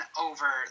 over